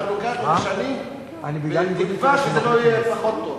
כאן אנחנו משנים בתקווה שזה לא יהיה פחות טוב.